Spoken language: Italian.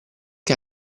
che